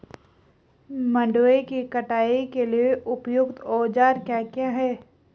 मंडवे की कटाई के लिए उपयुक्त औज़ार क्या क्या हैं?